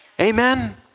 Amen